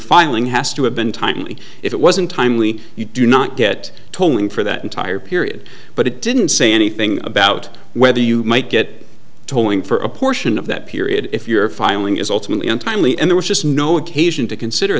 filing has to have been timely if it wasn't timely you do not get tolling for that entire period but it didn't say anything about whether you might get tolling for a portion of that period if your filing is ultimately untimely and there was just no occasion to consider